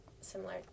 similar